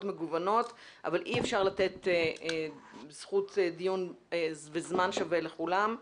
מגוונות אבל אי אפשר לתת זכות דיבור וזמן שווה לכולם.